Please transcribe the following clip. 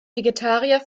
vegetarier